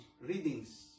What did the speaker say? readings